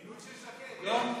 מינוי של שקד, לא?